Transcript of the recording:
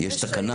יש תקנה.